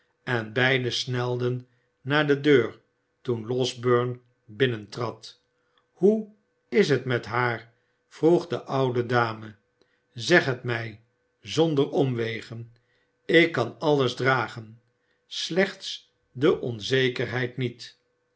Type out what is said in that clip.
en beiden snelden naar de deur toen losberne binnentrad hoe is het met haar vroeg de oude dame zeg het mij zonder omwegen ik kan alles dragen slechts de onzekerheid niet